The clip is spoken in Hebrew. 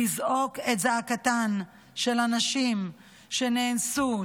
לזעוק את זעקתן של הנשים שנאנסו,